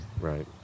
Right